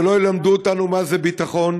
ולא ילמדו אותנו מה זה ביטחון.